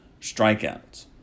strikeouts